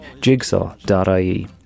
Jigsaw.ie